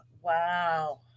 Wow